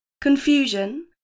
confusion